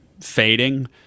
fading